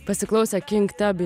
pasiklausę kink tabi